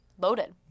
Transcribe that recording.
loaded